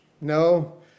No